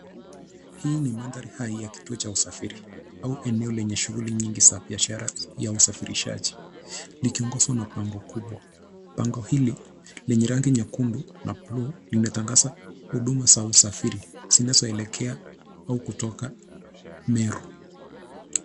Hii ni mandhari hai ya kituo cha usafiri au eneo lenye shughuli nyingi za biashara ya usafirishaji likiongozwa na bango kubwa. Bango hili lenye rangi nyekundu na bluu linatangaza huduma za usafiri zinazoelekea au kutoka Meru.